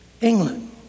England